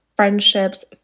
Friendships